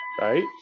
right